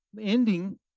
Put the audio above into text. ending